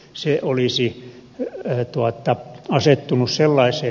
se olisi asettunut sellaiseen